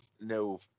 no